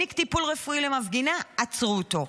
העניק טיפול רפואי למפגינה, עצרו אותו.